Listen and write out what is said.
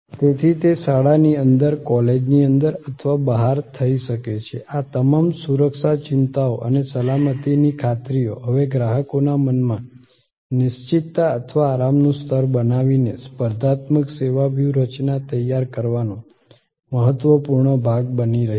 તેથી તે શાળાની અંદર કૉલેજની અંદર અથવા બહાર થઈ શકે છે આ તમામ સુરક્ષા ચિંતાઓ અને સલામતીની ખાતરીઓ હવે ગ્રાહકોના મનમાં નિશ્ચિતતા અથવા આરામનું સ્તર બનાવીને સ્પર્ધાત્મક સેવા વ્યૂહરચના તૈયાર કરવાનો મહત્વપૂર્ણ ભાગ બની રહી છે